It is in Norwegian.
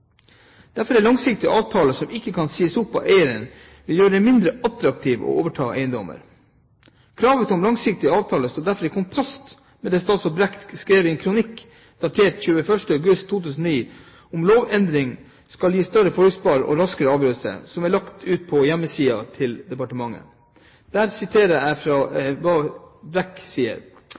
Derfor vil langsiktige avtaler som ikke kan sies opp av eieren, gjøre det mindre attraktivt å overta eiendommer. Kravet om langsiktige avtaler står derfor i kontrast til det statsråd Brekk skrev i kronikk, datert 21. august 2009, om at lovendringene skal gi større forutsigbarhet og raskere avgjørelser. Dette er lagt ut på departementets hjemmesider. Jeg siterer hva statsråd Brekk skriver der: